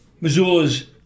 Missoula's